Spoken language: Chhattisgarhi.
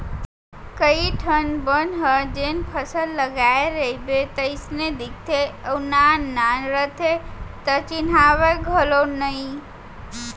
कइ ठन बन ह जेन फसल लगाय रइबे तइसने दिखते अउ नान नान रथे त चिन्हावय घलौ नइ